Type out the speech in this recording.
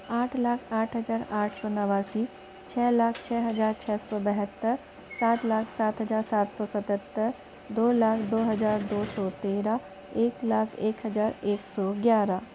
आठ लाख आठ हज़ार आठ सौ नवासी छः लाख छः हज़ार छः सौ बहत्तर सात लाख सात हज़ार सात सौ सतहत्तर दो लाख दौ हज़ार दो सौ तेरह एक लाख एक हज़ार एक सौ ग्यारह